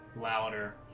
louder